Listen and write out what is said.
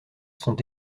sont